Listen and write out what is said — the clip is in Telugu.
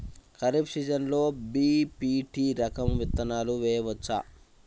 ఖరీఫ్ సీజన్లో బి.పీ.టీ రకం విత్తనాలు వేయవచ్చా?